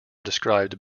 described